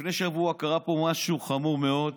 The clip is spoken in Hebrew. לפני שבוע קרה כאן משהו חמור מאוד.